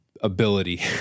ability